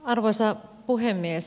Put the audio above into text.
arvoisa puhemies